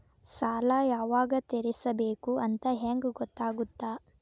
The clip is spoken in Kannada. ಸಾಲ ಯಾವಾಗ ತೇರಿಸಬೇಕು ಅಂತ ಹೆಂಗ್ ಗೊತ್ತಾಗುತ್ತಾ?